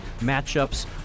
matchups